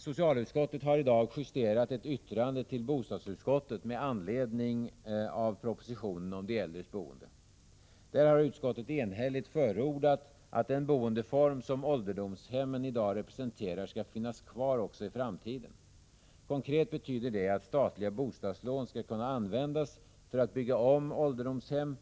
Socialutskottet har i dag justerat ett yttrande till bostadsutskottet med anledning av propositionen om de äldres boende. Där har utskottet enhälligt förordat att den boendeform som ålderdomshemmen i dag representerar skall finnas kvar också i framtiden. Konkret betyder det att statliga bostadslån skall kunna användas för att man skall kunna bygga om ålderdomshem